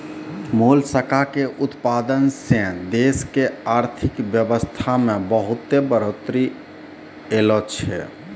मोलसका के उतपादन सें देश के आरथिक बेवसथा में बहुत्ते बढ़ोतरी ऐलोॅ छै